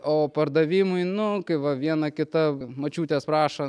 o pardavimui nu va viena kita močiutės prašo